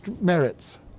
merits